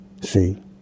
See